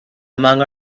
among